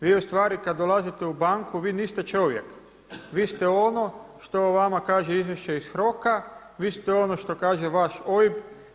Vi u stvari kad dolazite u banku vi niste čovjek, vi ste ono što vama kaže izvješće iz HROK-a, vi ste ono što kaže vaš OIB.